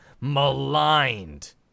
maligned